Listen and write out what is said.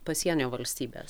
pasienio valstybės